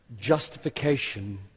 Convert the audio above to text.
justification